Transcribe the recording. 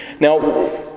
Now